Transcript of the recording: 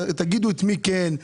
תגידו את מי כן.